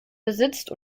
besitzt